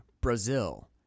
Brazil